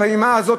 בפעימה הזאת,